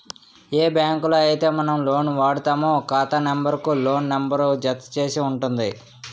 ఏ బ్యాంకులో అయితే మనం లోన్ వాడుతామో ఖాతా నెంబర్ కు లోన్ నెంబర్ జత చేసి ఉంటుంది